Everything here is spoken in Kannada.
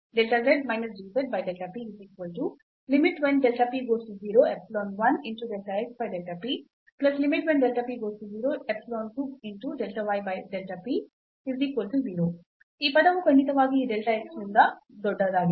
ಈ ಪದವು ಖಂಡಿತವಾಗಿಯೂ ಈ delta x ಗಿಂತ ದೊಡ್ಡದಾಗಿದೆ